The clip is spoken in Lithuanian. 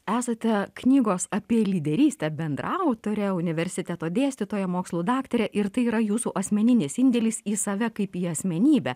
esate knygos apie lyderystę bendraautorė universiteto dėstytoja mokslų daktarė ir tai yra jūsų asmeninis indėlis į save kaip į asmenybę